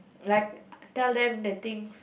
like tell them the things